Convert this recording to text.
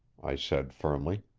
i said firmly.